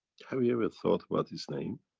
have you ever thought what his name?